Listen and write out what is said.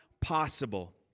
possible